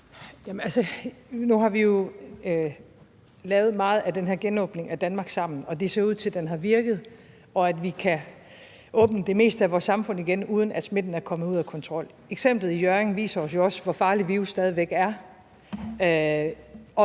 Nu har vi jo lavet meget af den her genåbning af Danmark sammen, og det ser ud til, at den har virket, og at vi kan åbne det meste af vores samfund igen, uden at smitten er kommet ud af kontrol. Eksemplet i Hjørring viser os jo også, hvor farlig virus stadig væk er,